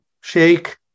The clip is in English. shake